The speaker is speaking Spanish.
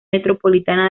metropolitana